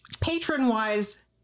Patron-wise